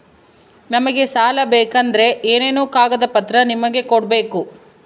ನಮಗೆ ಸಾಲ ಬೇಕಂದ್ರೆ ಏನೇನು ಕಾಗದ ಪತ್ರ ನಿಮಗೆ ಕೊಡ್ಬೇಕು?